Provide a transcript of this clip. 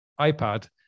ipad